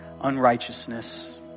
unrighteousness